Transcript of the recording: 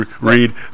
Read